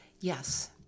yes